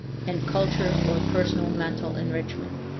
and culture or personal mental enrichment.